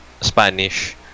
Spanish